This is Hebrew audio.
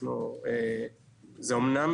אומנם,